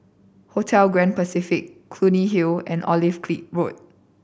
Hotel Grand Pacific Clunny Hill and Olive Road